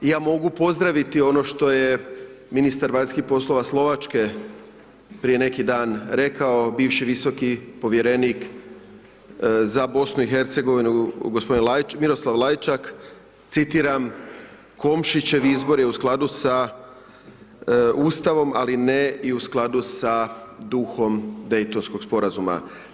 Ja mogu pozdraviti ono što je ministar vanjskih poslova Slovačke prije neki dan rekao, bivši visoki povjerenik za BiH, gospodin Miroslav Lajičak, citiram, Komšićev izbor je u skladu sa Ustavom, ali ne i u skladu sa duhom Dejtonskog Sporazuma.